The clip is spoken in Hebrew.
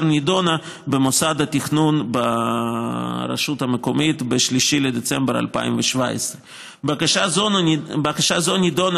והיא נדונה במוסד התכנון ברשות המקומית ב-3 בדצמבר 2017. בקשה זו נדונה